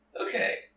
Okay